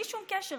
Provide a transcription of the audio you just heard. בלי שום קשר.